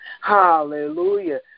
Hallelujah